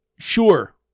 Sure